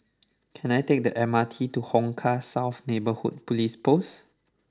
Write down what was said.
can I take the M R T to Hong Kah South Neighbourhood Police Post